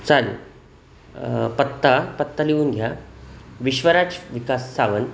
चालेल पत्ता पत्ता लिहून घ्या विश्वराज विकास सावंत